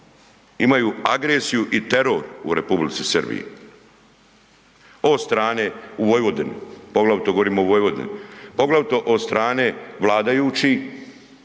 imaju agresiju i teror u Republici Srbiji od strane u Vojvodini, poglavito govorimo o Vojvodini, poglavito od strane vladajućih,